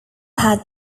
had